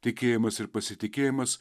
tikėjimas ir pasitikėjimas